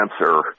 answer